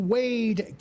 Wade